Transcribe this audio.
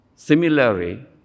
Similarly